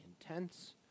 intense